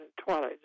Twilight